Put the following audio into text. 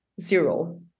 zero